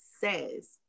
says